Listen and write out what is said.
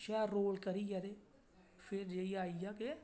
शैल रोल करियै ते फिर जेइये आई गेआ कि